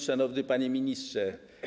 Szanowny Panie Ministrze!